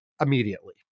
immediately